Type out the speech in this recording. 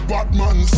Batman